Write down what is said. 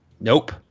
nope